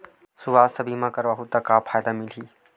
सुवास्थ बीमा करवाहू त का फ़ायदा मिलही?